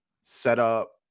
setup